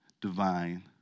divine